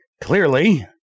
Clearly